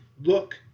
look